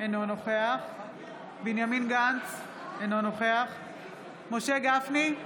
אינו נוכח בנימין גנץ, אינו נוכח משה גפני,